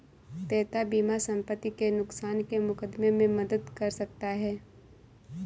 देयता बीमा संपत्ति के नुकसान के मुकदमे में मदद कर सकता है